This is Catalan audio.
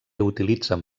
utilitzen